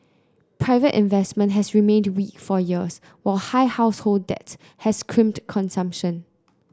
private investment has remained weak for years while high household debt has crimped consumption